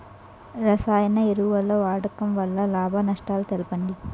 రసాయన ఎరువుల వాడకం వల్ల లాభ నష్టాలను తెలపండి?